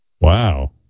Wow